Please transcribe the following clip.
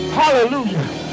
hallelujah